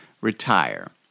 retire